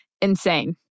insane